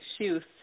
Shoes